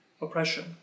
oppression